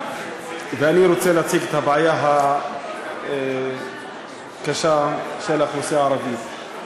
ואני רוצה להציג את הבעיה הקשה של האוכלוסייה הערבית.